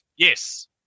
Yes